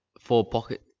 four-pocket